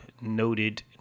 noted